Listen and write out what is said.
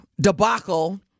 debacle